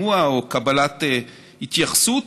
ולכלול את קבלת מה שכינית "שימוע" התייחסות